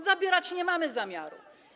Zabierać nie mamy zamiaru.